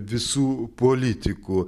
visų politikų